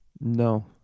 no